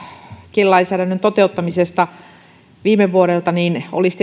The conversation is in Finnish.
kielilainsäädännön toteuttamisesta viime vuodelta olisi